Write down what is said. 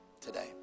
today